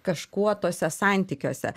kažkuo tuose santykiuose